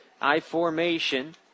I-Formation